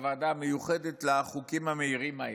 בוועדה המיוחדת לחוקים המהירים האלה,